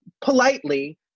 politely